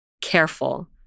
careful